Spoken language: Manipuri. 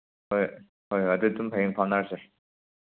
ꯍꯣꯏ ꯍꯣꯏ ꯍꯣꯏ ꯑꯗꯨꯝ ꯍꯌꯦꯡ ꯐꯥꯎꯅꯔꯁꯦ